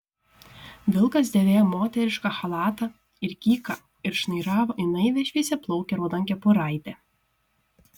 vilkas dėvėjo moterišką chalatą ir kyką ir šnairavo į naivią šviesiaplaukę raudonkepuraitę